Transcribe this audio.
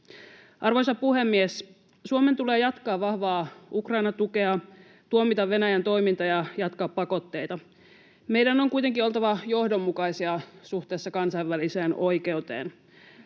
Arvoisa puhemies! Suomen tulee jatkaa vahvaa Ukraina-tukea, tuomita Venäjän toiminta ja jatkaa pakotteita. Meidän on kuitenkin oltava johdonmukaisia suhteessa kansainväliseen oikeuteen